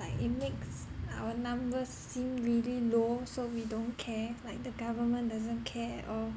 like it makes our number seem really low so we don't care like the government doesn't care or